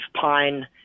pine